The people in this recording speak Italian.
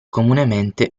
comunemente